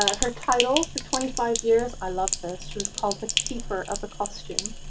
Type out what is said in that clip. ah her title for twenty five years, i love this, she was called keeper of the costume.